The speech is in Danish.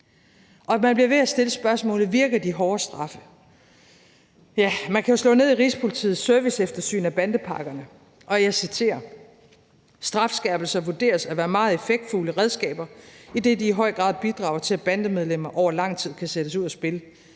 i dag. Man bliver ved med at stille spørgsmålet, om de hårde straffe virker. Ja, man kan jo slå ned i Rigspolitiets serviceeftersyn af bandepakkerne, og jeg citerer: »Strafskærpelser vurderes at være meget effektfulde redskaber, idet de i høj grad bidrager til, at bandemedlemmer over lang tid kan sættes ud af spil,